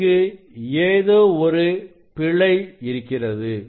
இங்கு ஏதோ ஒரு பிழை இருக்கிறது